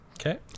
Okay